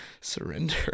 surrender